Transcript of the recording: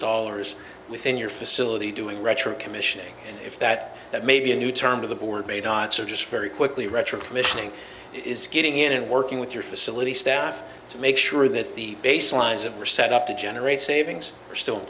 dollars within your facility doing retro commissioning and if that that may be a new term to the board may not so just very quickly retro commissioning is getting in and working with your facility staff to make sure that the baselines of are set up to generate savings are still in